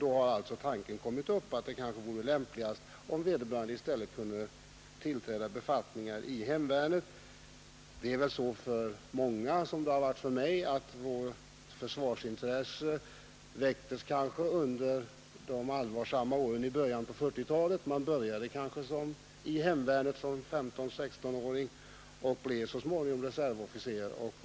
Tanken har alltså kommit upp att det kanske vore lämpligast om vederbörande reservofficer i stället kunde tillträda en befattning i hemortens hemvärn. Det är väl så för många av dem som det har varit för mig: vårt försvarsintresse väcktes under de allvarsfyllda åren i början av 1940-talet. Man började kanske i hemvärnet som 15 eller 16-åring och blev så småningom reservofficer.